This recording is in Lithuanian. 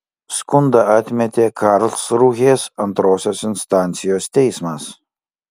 skundą atmetė karlsrūhės antrosios instancijos teismas